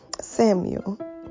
Samuel